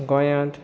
गोंयांत